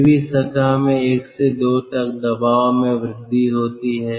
P v सतह में 1 से 2 तक दबाव में वृद्धि होती है